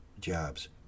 jobs